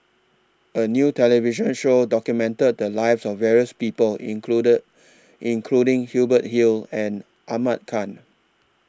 A New television Show documented The Lives of various People incleded including Hubert Hill and Ahmad Khan